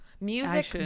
Music